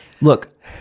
Look